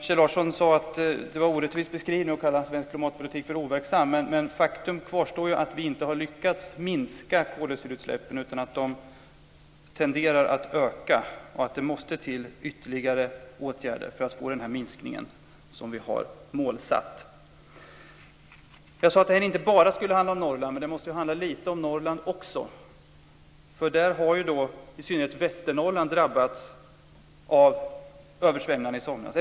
Kjell Larsson sade att det var en orättvis beskrivning att kalla svensk klimatpolitik för overksam. Men faktum kvarstår ju att vi inte har lyckats minska koldioxidutsläppen, utan de tenderar i stället att öka. Det måste till ytterligare åtgärder för att få den minskning som vi har målsatt. Jag sade att detta inte bara skulle handla om Norrland, men det måste ju handla lite om Norrland också. I synnerhet Västernorrland drabbades av översvämningar i somras.